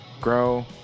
grow